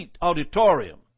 Auditorium